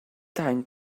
time